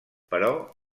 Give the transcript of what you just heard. però